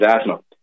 asthma